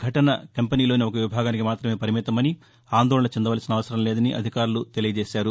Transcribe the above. ఘటన కంపెనీలోని ఒక విభాగానికి మాత్రమే పరిమితమని ఆందోళన చెందాల్సిన అవసరం లేదని అధికారులు తెలియజేశారు